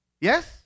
Yes